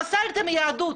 פסלתם יהדות,